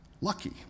Lucky